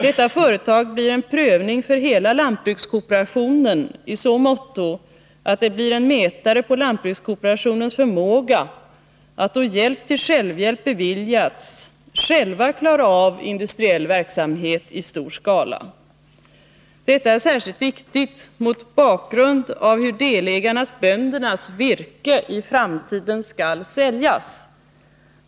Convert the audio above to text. Detta företag blir en prövning för hela lantbrukskooperationeniså motto att det blir en mätare på lantbrukskooperationens förmåga att, då hjälp till självhjälp beviljats, själv klara av industriell verksamhet i stor skala. Detta är särskilt viktigt mot bakgrund av hur delägarnas-böndernas virke i framtiden skall säljas.